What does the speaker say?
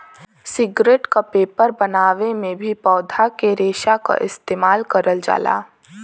cigarette क paper बनावे में भी पौधा के रेशा क इस्तेमाल करल जाला